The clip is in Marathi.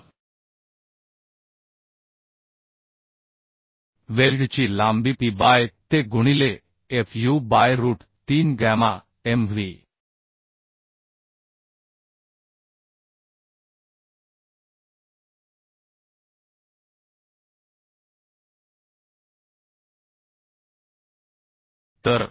तर वेल्डची लांबी P बाय Te गुणिले Fu by root 3 gamma mw